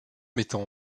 mettant